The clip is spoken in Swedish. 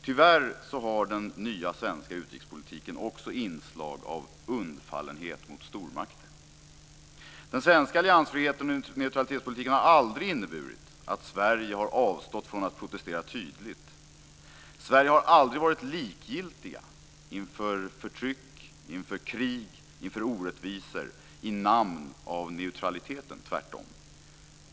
Tyvärr har den nya svenska utrikespolitiken också inslag av undfallenhet mot stormakter. Den svenska alliansfriheten och neutralitetspolitiken har aldrig inneburit att Sverige har avstått från att protestera tydligt. Sverige har aldrig varit likgiltigt inför förtryck, inför krig och inför orättvisor i namn av neutraliteten - tvärtom.